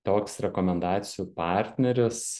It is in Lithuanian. toks rekomendacijų partneris